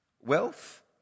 Wealth